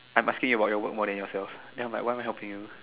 I'm asking about your work more than yourself then I'm like why am I helping you